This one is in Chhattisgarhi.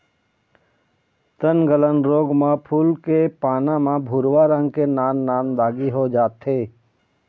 तनगलन रोग म फूल के पाना म भूरवा रंग के नान नान दागी हो जाथे